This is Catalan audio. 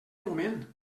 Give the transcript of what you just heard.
moment